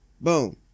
Boom